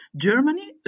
Germany